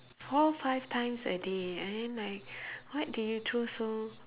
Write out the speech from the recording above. four fives times a day and then like what do you throw so